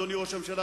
אדוני ראש הממשלה,